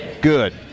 good